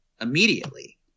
immediately